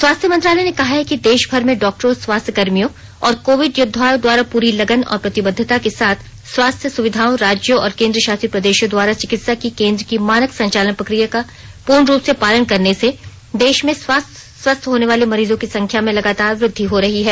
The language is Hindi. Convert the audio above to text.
स्वास्थ्य मंत्रालय ने कहा है कि देश भर में डॉक्टरों स्वास्थ्य कर्मियों और कोविड योद्वाओं द्वारा पूरी लगन और प्रतिबद्वता के साथ स्वास्थ्य ् सुविधाओं राज्यों और केन्द्र शासित प्रदेशों द्वारा चिकित्सा की केन्द्र की मानक संचालन प्रक्रिया का पूर्ण रूप से पालन करने से देश में स्वास्थ्य होने वाले मरीजों की संख्या में लगातार वृद्धि हो रही है